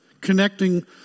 Connecting